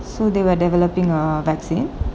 so they were developing a vaccine